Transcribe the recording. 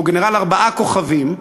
שהוא גנרל ארבעה כוכבים,